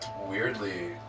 weirdly